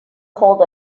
cold